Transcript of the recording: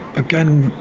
again,